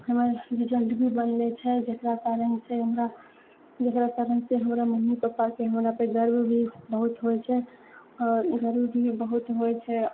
हमर रिजल्ट भी बनले छै जकरा कारणसे हमरा जकरा कारणसे हमरा मम्मी पापाके हमरा पे गर्व भी बहुत होइ छै आओर गर्व भी बहुत होइ छै